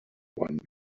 one